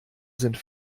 sind